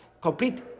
Complete